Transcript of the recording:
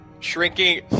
Shrinking